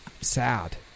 sad